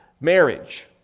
marriage